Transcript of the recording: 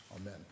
Amen